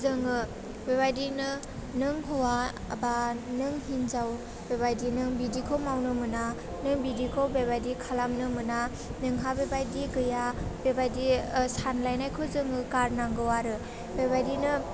जोङो बेबायदिनो नों हौवा बा नों हिन्जाव बेबायदिनो बिदिखौ मावनो मोना नों बिदिखौ बेबायदि खालामनो मोना नोंहा बेबायदि गैया बेबायदि सानलायनायखौ जोङो गारनांगौ आरो बेबायदिनो